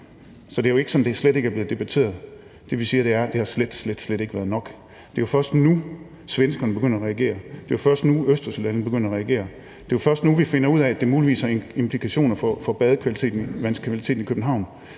Så det er jo ikke sådan, at det slet ikke er blevet debatteret. Det vil sige, at det har slet, slet ikke været nok. Det er jo først nu, svenskerne begynder at reagere, det er først nu, Østersølandene begynder at reagere, det er først nu, vi finder ud af, at det muligvis har implikationer for badevandskvaliteten i København.